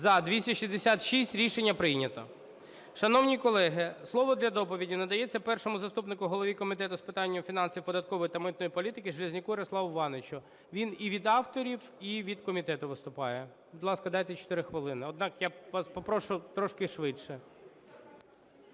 За-266 Рішення прийнято. Шановні колеги, слово для доповіді надається першому заступнику голови Комітету з питань фінансів, податкової та митної політики Железняку Ярославу Івановичу. Він і від авторів, і від комітету виступає. Будь ласка, дайте 4 хвилини. Однак я вас попрошу трошки швидше.